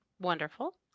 wonderful